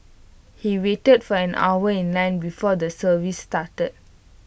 he waited for an hour in line before the service started